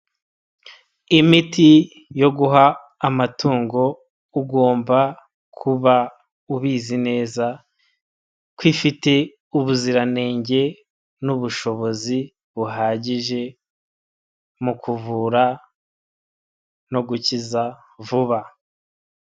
Imiti yo guha amatungo ugomba kuba ubizi neza ko ifi ubuziranenge n'ubushobozi buhagije mu kuvura no gukiza vuba.